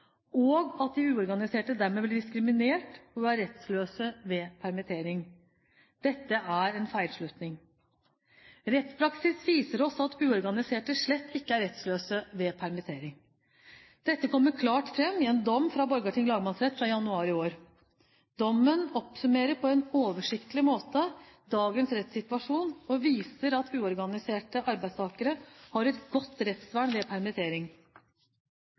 og at de uorganiserte dermed blir diskriminert og er rettsløse ved permittering. Dette er en feilslutning. Rettspraksis viser oss at uorganiserte slett ikke er rettsløse ved permittering. Dette kommer klart fram i en dom fra Borgarting lagmannsrett fra januar i år. Dommen oppsummerer på en oversiktlig måte dagens rettssituasjon og viser at uorganiserte arbeidstakere har et godt rettsvern ved permittering.